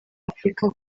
afurika